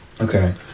Okay